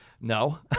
No